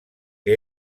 que